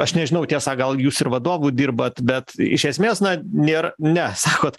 aš nežinau tiesa gal jūs ir vadovu dirbat bet iš esmės na nėr ne sakot